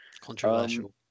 Controversial